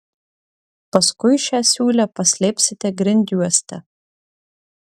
paskui šią siūlę paslėpsite grindjuoste